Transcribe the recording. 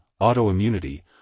autoimmunity